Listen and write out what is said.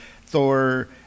Thor